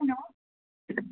hello